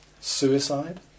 suicide